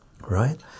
right